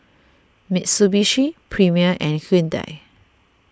Mitsubishi Premier and Hyundai